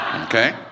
okay